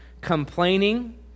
complaining